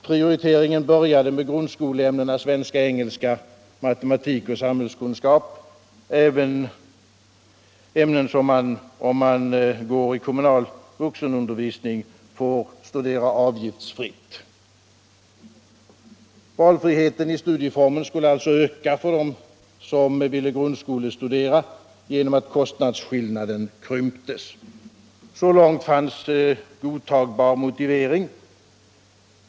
Prioriteringen började med grundskoleämnena svenska, engelska, matematik och samhällskunskap, ämnen som man, om man går i kommunal vuxenundervisning, får studera avgiftsfritt. Valfriheten i studieformen skulle alltså öka för dem som ville grundskolestudera genom att kostnadsskillnaden krymptes. Så långt fanns godtagbar motivering.